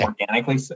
organically